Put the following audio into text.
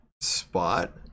spot